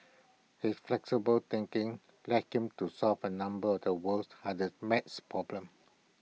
his flexible thinking led him to solve A number of the world's hardest math problems